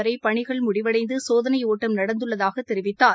வரை பணிகள் முடிவடைந்து சோதனையோட்டம் நடந்துள்ளதாக தெரிவித்தார்